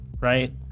right